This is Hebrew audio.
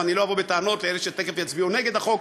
ואני לא אבוא בטענות לאלה שתכף יצביעו נגד החוק,